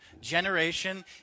generation